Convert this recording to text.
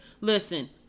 listen